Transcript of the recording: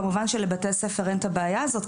כמובן שלבתי הספר אין את הבעיה הזאת,